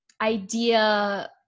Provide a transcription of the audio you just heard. idea